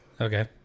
okay